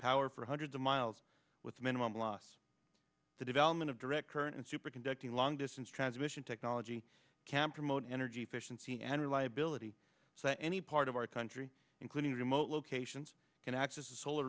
power for hundreds of miles with a minimum loss the development of direct current and super conducting long distance transmission technology can promote energy efficiency and reliability so any part of our country including remote locations can access the solar